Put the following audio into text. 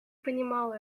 понимал